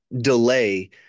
delay